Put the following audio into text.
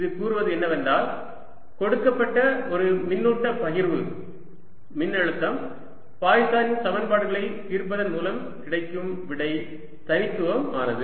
இது கூறுவது என்னவென்றால் கொடுக்கப்பட்ட ஒரு மின்னூட்ட பகிர்வு மின்னழுத்தம் பாய்சனின் சமன்பாடுகளை தீர்ப்பதன் மூலம் கிடைக்கும் விடை தனித்துவமானது